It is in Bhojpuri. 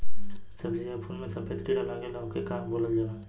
सब्ज़ी या फुल में सफेद कीड़ा लगेला ओके का बोलल जाला?